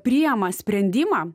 priema sprendimą